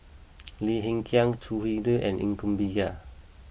Lim Hng Kiang Choo Hwee Lim and Ng come Bee Kia